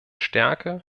stärke